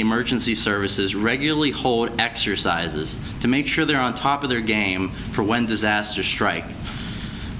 the emergency services regularly hold exercises to make sure they're on top of their game for when disaster strikes